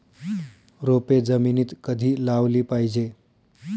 रोपे जमिनीत कधी लावली पाहिजे?